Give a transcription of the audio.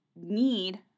need